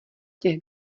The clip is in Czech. těch